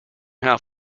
half